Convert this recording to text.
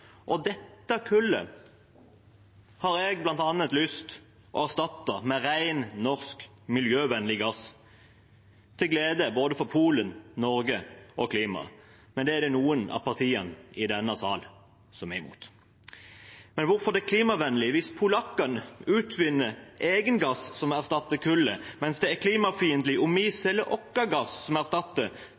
byene. Dette kullet har jeg lyst til å erstatte med bl.a. ren, norsk miljøvennlig gass, til glede for både Polen, Norge og klimaet, men det er det noen av partiene i denne salen som er imot. Hvorfor det er klimavennlig hvis polakkene utvinner egen gass som erstatter kullet, mens det er klimafiendtlig om vi selger vår gass som erstatter